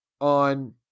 on